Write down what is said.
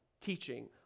teaching